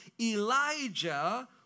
Elijah